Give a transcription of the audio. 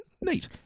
neat